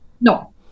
no